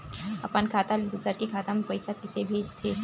अपन खाता ले दुसर के खाता मा पईसा कइसे भेजथे?